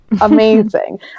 amazing